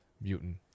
Mutant